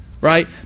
right